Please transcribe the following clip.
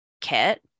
kit